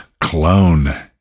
Clone